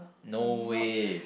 no way